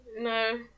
No